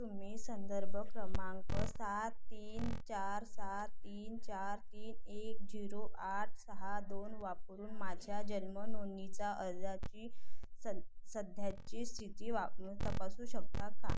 तुम्ही संदर्भ क्रमांक सात तीन चार सात तीन चार तीन एक झिरो आठ सहा दोन वापरून माझ्या जन्म नोंदणीचा अर्जाची स सध्याची स्थिती वा तपासू शकता का